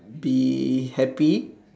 be happy